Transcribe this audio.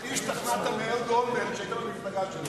שהכי השתכנעת מאהוד אולמרט, שהיית במפלגה שלו.